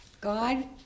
God